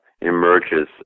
emerges